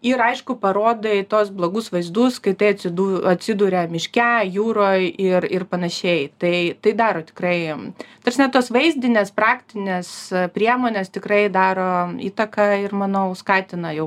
ir aišku parodai tuos blogus vaizdus kai tai atsidu atsiduria miške jūroj ir ir panašiai tai tai daro tikrai ta prasme tos vaizdinės praktinės priemonės tikrai daro įtaką ir manau skatina jau